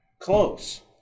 close